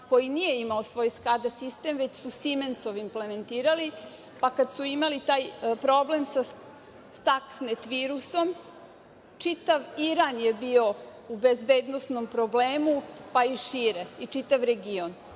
koji nije imao svoj Skada sistem, već su Simensov implementirali, pa kad su imali taj problem sa staksmet virusom, čitav Iran je bio u bezbednosnom problemu, pa i šire, čitav region.